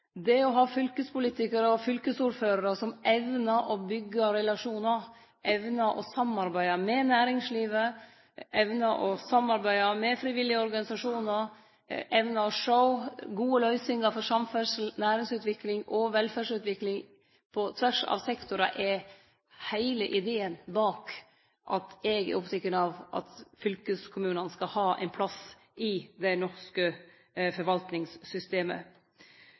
fylkeskommunen. Det å ha fylkespolitikarar og fylkesordførarar som evnar å byggje relasjonar, evnar å samarbeide med næringslivet, evnar å samarbeide med frivillige organisasjonar, evnar å sjå gode løysingar for samferdsle, næringsutvikling og velferdsutvikling på tvers av sektorar, er heile ideen bak at eg er oppteken av at fylkeskommunane skal ha ein plass i det norske forvaltningssystemet.